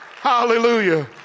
Hallelujah